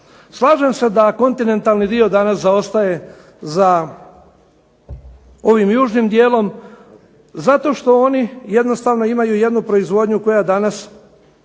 Slažem se da kontinentalni dio danas zaostaje za ovim južnim dijelom, zato što oni jednostavno imaju jednu proizvodnju koja danas